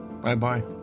Bye-bye